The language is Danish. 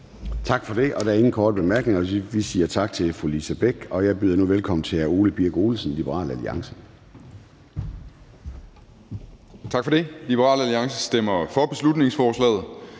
Tak for det. Der er ingen korte bemærkninger. Vi siger tak til fru Lise Bech, og jeg byder nu velkommen til hr. Ole Birk Olesen, Liberal Alliance.